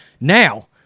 Now